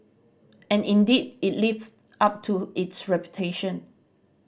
and indeed it lives up to its reputation